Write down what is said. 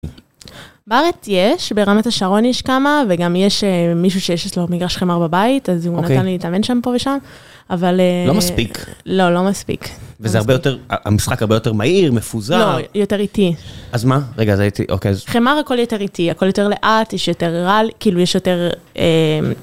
בארץ יש. ברמת השרון יש כמה, וגם יש אמ... מישהו שיש לו מגרש חמר בבית. אוקי. אז הוא נתן לי להתאמן שם פה ושם, אבל א... לא מספיק. לא לא מספיק וזה הרבה יותר המשחק הרבה יותר מהיר? מפוזר? לא. יותר איטי. אז מה? רגע זה איטי, אוקיי. חמר, הכל יותר איטי, הכל יותר לאט יש יותר רעל, כאילו יש יותר אמ...